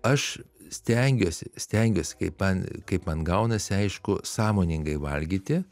aš stengiuosi stengiuosi kaip man kaip man gaunasi aišku sąmoningai valgyti